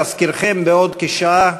להזכירכם, בעוד כשעה